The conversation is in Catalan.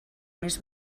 més